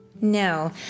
No